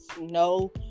no